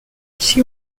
she